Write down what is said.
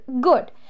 good